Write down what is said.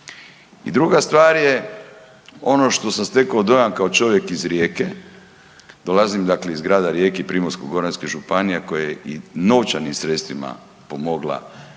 I druga stvar je ono što sam stekao dojam kao čovjek iz Rijeke, dolazim iz grada Rijeke i Primorsko-goranske županije koja i novčanim sredstvima pomogla izuzev